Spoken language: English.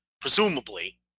presumably